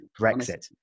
Brexit